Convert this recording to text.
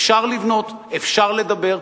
אפשר לבנות, אפשר לדבר.